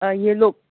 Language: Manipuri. ꯑꯥ ꯌꯦꯜꯂꯣ